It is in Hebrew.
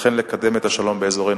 וכן לקדם את השלום באזורנו.